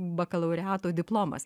bakalaureato diplomas